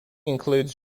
includes